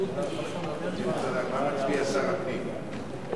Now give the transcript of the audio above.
סעיף 1 לא